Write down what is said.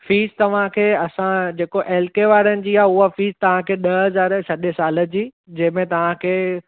fees तव्हांखे असां जेको एल के वारनि जी आहे उहा फ़ीस तव्हांखे ॾह हज़ार सॼे साल जी जंहिंमें तव्हांखे